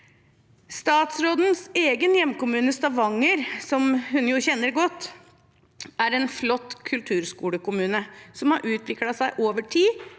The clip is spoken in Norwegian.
Statsrådens egen hjemkommune, Stavanger, som hun jo kjenner godt, er en flott kulturskolekommune som har utviklet seg over tid,